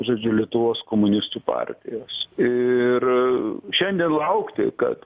žodžiu lietuvos komunistų partijos ir šiandien laukti kad